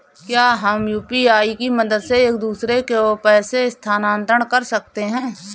क्या हम यू.पी.आई की मदद से एक दूसरे को पैसे स्थानांतरण कर सकते हैं?